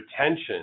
retention